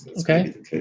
Okay